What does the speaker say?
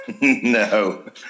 No